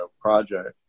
project